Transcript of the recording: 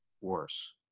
worse